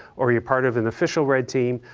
or you're part of an official red team,